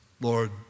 Lord